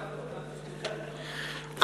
בסדר.